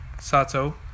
Sato